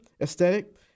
aesthetic